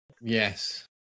Yes